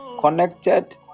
connected